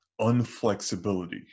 unflexibility